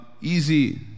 easy